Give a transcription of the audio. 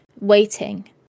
waiting